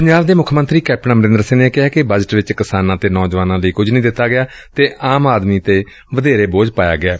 ਪੰਜਾਬ ਦੇ ਮੁੱਖ ਮੰਤਰੀ ਕੈਪਟਨ ਅਮਰਿੰਦਰ ਸਿੰਘ ਨੇ ਕਿਹੈ ਕਿ ਬਜਟ ਵਿੱਚ ਕਿਸਾਨਾਂ ਅਤੇ ਨੌਜਵਾਨਾਂ ਲਈ ਕੁਝ ਵੀ ਨਹੀ ਦਿੱਤਾ ਗਿਆ ਅਤੇ ਆਮ ਆਦਮੀ ਤੇ ਵਧੇਰੇ ਬੋਝ ਪਾਇਐ